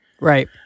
right